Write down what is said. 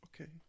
Okay